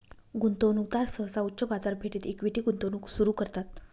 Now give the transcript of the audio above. गुंतवणूकदार सहसा उच्च बाजारपेठेत इक्विटी गुंतवणूक सुरू करतात